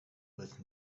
with